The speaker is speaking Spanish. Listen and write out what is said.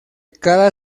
cada